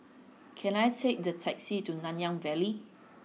can I take the taxi to Nanyang Valley